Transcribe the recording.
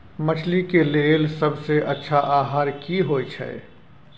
मछली के लेल सबसे अच्छा आहार की होय छै?